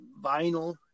vinyl